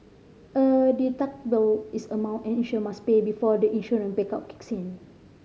a deductible is the amount an insured must pay before the insurance bake out kicks in